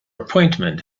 appointment